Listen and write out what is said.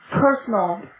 personal